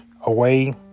away